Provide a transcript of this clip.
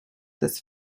this